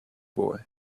boy